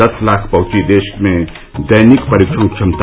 दस लाख पहुंची देश में दैनिक परीक्षण क्षमता